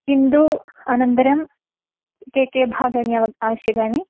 किन्तु अनन्तरं के के भागाः आव आवश्यकानि